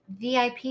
VIP